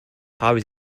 hobbies